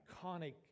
iconic